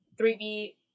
3B